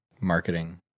marketing